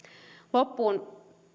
loppuun